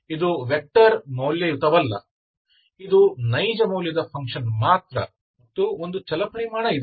ಇದು ವೆಕ್ಟರ್ ಮೌಲ್ಯಯುತವಲ್ಲ ಇದು ನೈಜಮೌಲ್ಯದ ಫಂಕ್ಷನ್ ಮಾತ್ರ ಮತ್ತು ಒಂದು ಚಲಪರಿಮಾಣ ಇದೆ